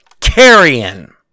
carrion